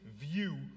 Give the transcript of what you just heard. view